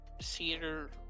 cedar